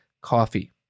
coffee